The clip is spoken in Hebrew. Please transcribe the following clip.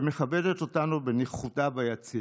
שמכבדת אותנו בנוכחותה ביציע: